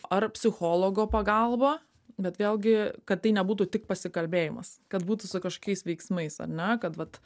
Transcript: ar psichologo pagalba bet vėlgi kad tai nebūtų tik pasikalbėjimas kad būtų su kažkokiais veiksmais ar ne kad vat